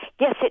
Yes